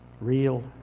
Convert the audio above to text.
real